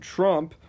Trump